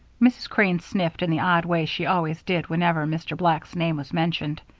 mrs. crane sniffed in the odd way she always did whenever mr. black's name was mentioned.